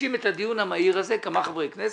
מגישים את הדיון המהיר הזה כמה חברי כנסת,